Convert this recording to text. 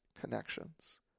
connections